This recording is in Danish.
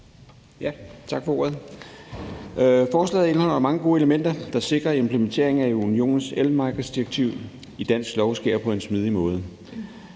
Tak for ordet. Forslaget indeholder mange gode elementer, der sikrer, at implementeringen af unionens elmarkedsdirektiv i dansk lov sker på en smidig måde.